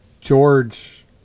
George